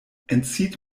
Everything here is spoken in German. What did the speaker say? entzieht